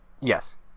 Yes